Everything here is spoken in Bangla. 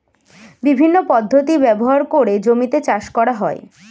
বিভিন্ন পদ্ধতি ব্যবহার করে জমিতে চাষ করা হয়